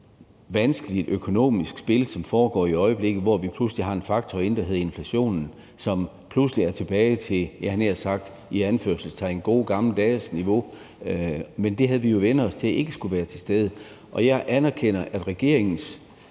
vanskeligt økonomisk spil, som foregår i øjeblikket, hvor vi pludselig har en faktor inde, der hedder inflation, som pludselig er tilbage til – i anførselstegn – de gode gamle dages niveau, havde jeg nær sagt. Men det havde vi jo vænnet os til ikke skulle være til stede. Og jeg anerkender, at regeringens